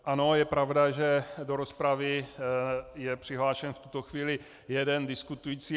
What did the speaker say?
Ano, je pravda, že do rozpravy je přihlášen v tuto chvíli jeden diskutující.